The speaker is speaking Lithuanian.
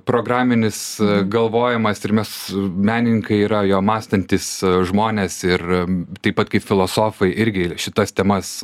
programinis galvojimas ir mes menininkai yra jo mąstantys žmonės ir taip pat kaip filosofai irgi šitas temas